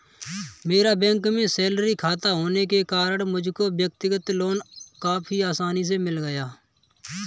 मेरा बैंक में सैलरी खाता होने के कारण मुझको व्यक्तिगत लोन काफी आसानी से मिल गया